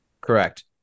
Correct